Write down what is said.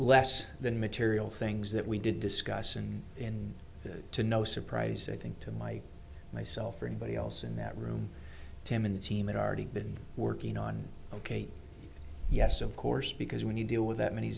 less than material things that we did discuss and in to no surprise i think to my myself or anybody else in that room tim and the team it already been working on ok yes of course because when you deal with that many